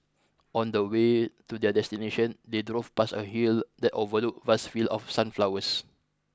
on the way to their destination they drove past a hill that overlooked vast field of sunflowers